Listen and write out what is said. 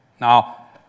Now